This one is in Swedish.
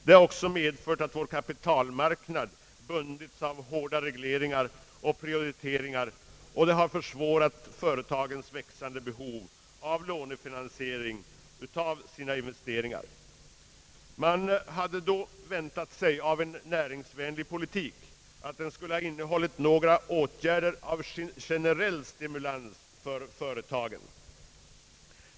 Det har också medfört att vår kapitalmarknad bundits av hårda regleringar och prioriteringar, och det har gjort det svårare att tillgodose företagens växande behov att lånefinansiera sina investeringar. Man hade då väntat sig av en näringsvänlig politik att den skulle ha innehållit några åtgärder innebärande generell stimulans för företagen.